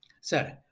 Sir